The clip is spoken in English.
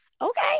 okay